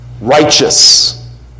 righteous